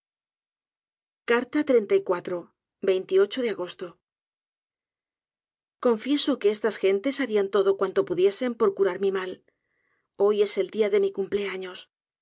todas partes de agosto confieso que estas gentes harían todo cuanto pudiesen por curar mi mal hoy es el dia de mi cumpleaños